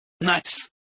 Nice